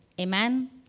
Amen